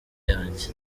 yanjye